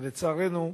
אבל, לצערנו,